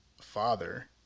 father